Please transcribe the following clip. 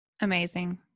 amazing